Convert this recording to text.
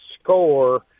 score